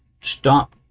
stop